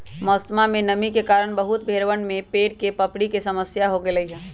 मौसमा में नमी के कारण बहुत भेड़वन में पैर के पपड़ी के समस्या हो गईले हल